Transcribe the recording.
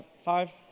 five